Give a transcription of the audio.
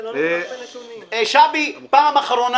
זה לא נכון --- שבי, פעם אחרונה.